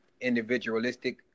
individualistic